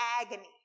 agony